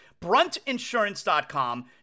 Bruntinsurance.com